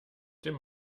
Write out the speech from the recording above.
dem